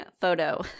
photo